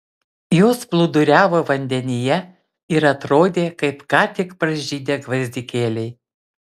jos plūduriavo vandenyje ir atrodė kaip ką tik pražydę gvazdikėliai